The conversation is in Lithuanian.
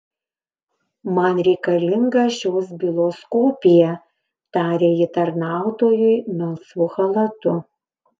man reikalinga šios bylos kopija tarė ji tarnautojui melsvu chalatu